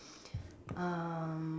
um